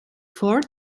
four